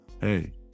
hey